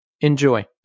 enjoy